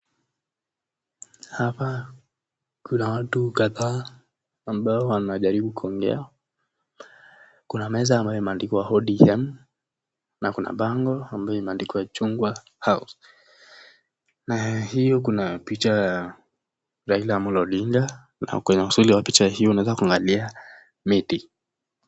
Hapa kuna meza ambayo imeandikwa odm na kuna bango ambayo chungwa au . Pia kuna picha hapo ya Rail Omollo Odinga na kwenye usuli wa picha hiyo unaweza kuangalia miti.